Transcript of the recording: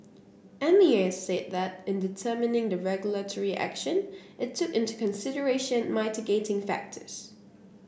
M A S said that in determining the regulatory action it took into consideration mitigating factors